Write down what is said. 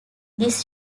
this